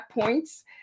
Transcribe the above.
points